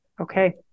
okay